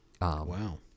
Wow